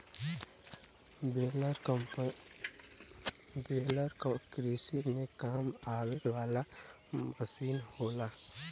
baler कृषि में काम आवे वाला मसीन होला